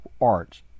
arts